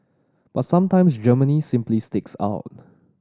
but sometimes Germany simply sticks out